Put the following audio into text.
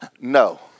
No